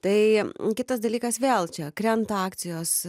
tai kitas dalykas vėl čia krenta akcijos